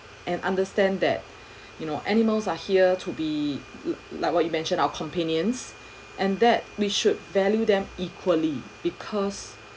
and understand that you know animals are here to be li~ like what you mention our companions and that we should value them equally because